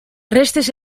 restes